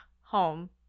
home